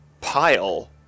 pile